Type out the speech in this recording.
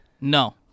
No